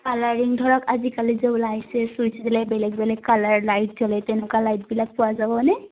colouring ধৰক আজিকালিযে ওলাইছে চুইটছ বেলেগ বেলেগ কালাৰ লাইট জ্বলে তেনেকুৱা লাইটবিলাক পোৱা যাবনে